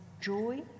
joy